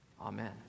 amen